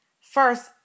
First